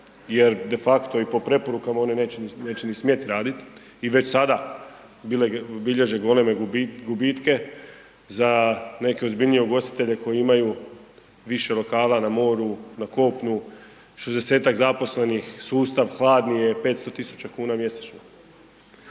jer de facto i po preporukama oni neće ni smjet raditi i već sada bilježe goleme gubitke. Za neke ozbiljnije ugostitelje koji imaju više lokala na moru, na kopnu, 60-ak zaposlenih sustav hladni je 500.000 kuna mjesečno